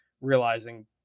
realizing